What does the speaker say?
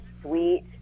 sweet